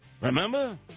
Remember